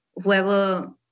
whoever